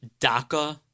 DACA